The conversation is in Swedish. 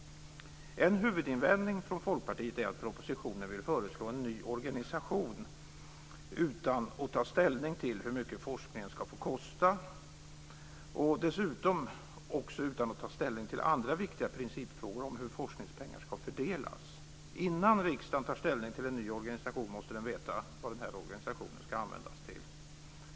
En huvudinvändning från Folkpartiet är att regeringen i propositionen vill föreslå en ny organisation utan att ta ställning till hur mycket forskningen ska få kosta och dessutom utan att ta ställning till viktiga principfrågor om hur forskningspengar ska fördelas. Innan riksdagen tar ställning till en ny organisation måste den veta vad organisationen ska användas till.